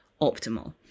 optimal